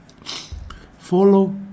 Follow